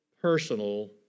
personal